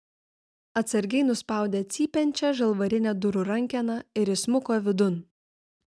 atsargiai nuspaudė cypiančią žalvarinę durų rankeną ir įsmuko vidun